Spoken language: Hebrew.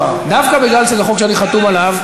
דווקא בגלל שזה חוק שאני חתום עליו,